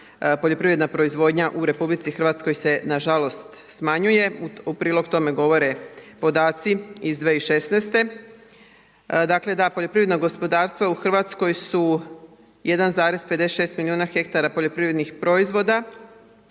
poljoprivredna proizvodnja u RH se nažalost smanjuje. U prilog tome govore podaci iz 2016. Dakle, da poljoprivredna gospodarstva u RH su 1,56 milijuna hektara poljoprivrednih proizvoda.